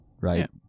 right